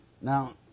Now